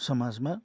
समाजमा